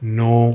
no